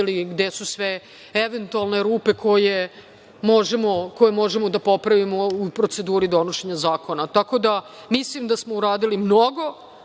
videli gde su sve eventualne rupe koje možemo da popravimo u proceduri donošenja zakona. Tako da, mislim da smo uradili mnogo,